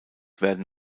werden